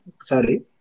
Sorry